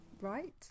right